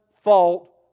fault